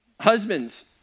Husbands